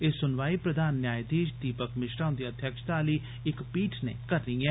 एह् सुनवाई प्रघान न्यायधीश दीपक मिश्रा हुन्दी अध्यक्षता आली इक पीठ नै करनी ही